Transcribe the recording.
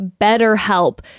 BetterHelp